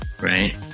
Right